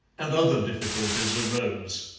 and other difficulties arose.